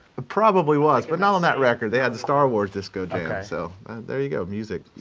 probably was. but not on that record. they had the star wars disco jam. ok. so there you go. music.